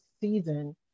season